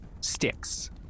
sticks